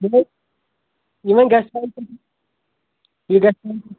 یِمَن گژھِ یہِ گژھِ